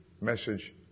message